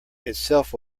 itself